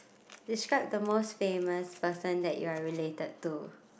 describe the most famous person that you are related to